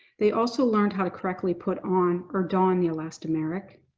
they also learned how to correctly put on or don the elastomeric.